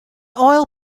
oil